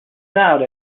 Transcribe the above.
doubt